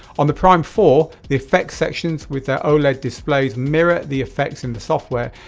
on the prime four, the effects section with their oled displays mirror the effects in the software.